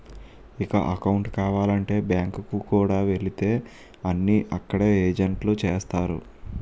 ఇక అకౌంటు కావాలంటే బ్యాంకు కు వెళితే అన్నీ అక్కడ ఏజెంట్లే చేస్తారు